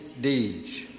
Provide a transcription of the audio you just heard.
deeds